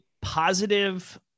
positive